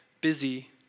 busy